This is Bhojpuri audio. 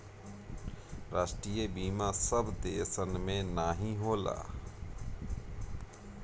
राष्ट्रीय बीमा सब देसन मे नाही होला